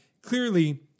Clearly